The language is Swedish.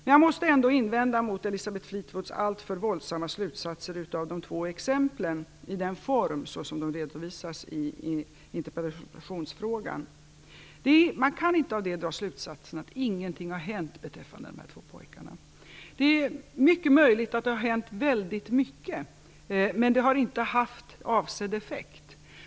Men jag måste ändå invända mot Elisabeth Fleetwoods alltför våldsamma slutsatser av de två exemplen, i den form som de redovisas i interpellationsfrågorna. Man kan inte av det dra slutsatsen att ingenting har hänt beträffande de här två pojkarna. Det är mycket möjligt att det har hänt väldigt mycket, men det har inte haft avsedd effekt.